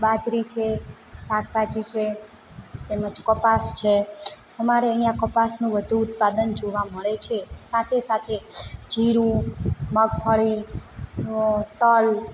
બાજરી છે શાકભાજી છે તેમજ કપાસ છે અમારે અહીંયા કપાસનું વધુ ઉત્પાદન જોવા મળે છે સાથે સાથે જીરું મગફળી અ તલ